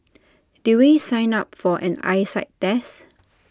did we sign up for an eyesight test